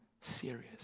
serious